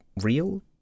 real